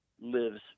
lives